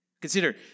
Consider